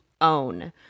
own